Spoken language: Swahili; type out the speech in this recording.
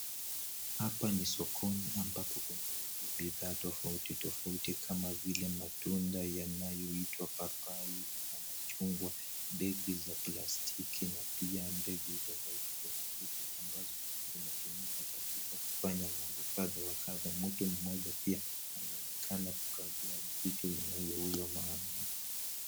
Hapa ni sokoni ambapo kunauzwa bidhaa tofauti tofauti kama vile tunda linaloitwa papai na mchungwa, begi za plastiki na pia vitu tofauti tofauti ambavyo vinatumika kufanya mambo kadha wa kadha. Mtu mmoja pia anaonekana kukagua vitu vinvyouzwa mahali hapa.